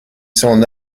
son